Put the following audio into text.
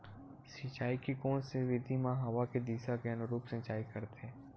सिंचाई के कोन से विधि म हवा के दिशा के अनुरूप सिंचाई करथे?